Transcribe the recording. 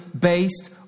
based